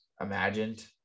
imagined